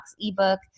ebook